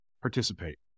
participate